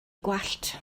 gwallt